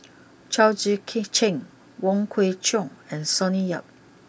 Chao Tzee Cheng Wong Kwei Cheong and Sonny Yap